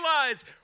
realize